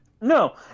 No